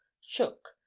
shook